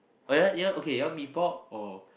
oh ya ya okay you want mee pok or